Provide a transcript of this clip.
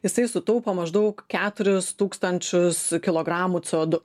jisai sutaupo maždaug keturis tūkstančius kilogramų co du